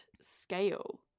scale